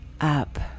up